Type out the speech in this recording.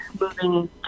moving